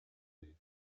үһү